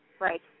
Right